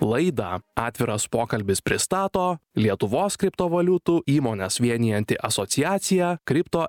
laidą atviras pokalbis pristato lietuvos kriptovaliutų įmones vienijanti asociacija kripto